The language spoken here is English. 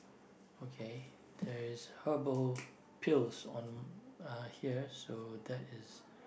okay there is herbal pills on uh here so that is